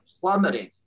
plummeting